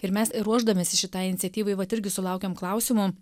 ir mes ir ruošdamiesi šitai iniciatyvai vat irgi sulaukiam klausimų